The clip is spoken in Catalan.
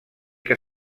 que